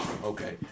Okay